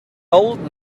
old